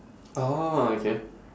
oh okay